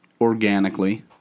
organically